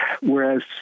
Whereas